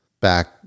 back